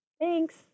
thanks